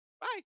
Bye